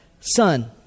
Son